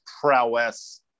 prowess